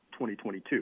2022